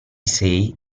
say